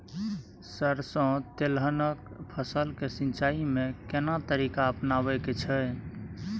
सरसो तेलहनक फसल के सिंचाई में केना तरीका अपनाबे के छै?